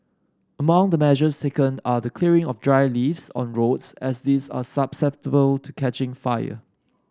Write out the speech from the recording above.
among the measures taken are the clearing of dry leaves on roads as these are susceptible to catching fire